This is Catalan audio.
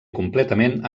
completament